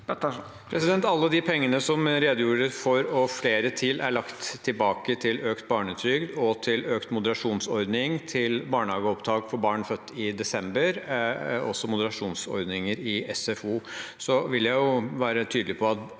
Alle de pengene som jeg redegjorde for, og flere til, er lagt tilbake til økt barnetrygd og til økt moderasjonsordning til barnehageopptak for barn født i desember, også moderasjonsordninger i SFO. Så vil jeg være tydelig på at